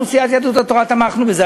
אנחנו בסיעת יהדות התורה תמכנו בזה.